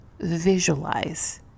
visualize